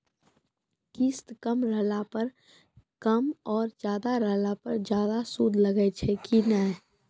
किस्त कम रहला पर कम और ज्यादा रहला पर ज्यादा सूद लागै छै कि नैय?